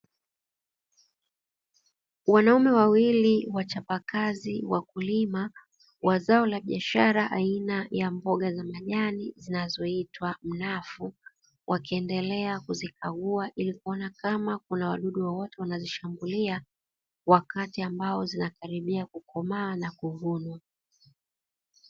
Wanaume wawili wachapakazi wakulima wa zao la biashara la mboga za majani, zinazoitwa mnafu wakiendelea kuzikagua ili kuona kama kuna wadudu wowote wanazishambulia wakati ambao zinakaribia kuvunwa.